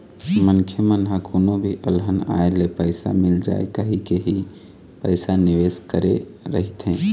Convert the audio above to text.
मनखे मन ह कोनो भी अलहन आए ले पइसा मिल जाए कहिके ही पइसा निवेस करे रहिथे